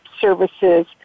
services